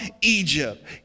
Egypt